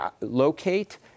locate